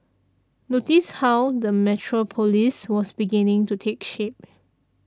notice how the metropolis was beginning to take shape